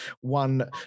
one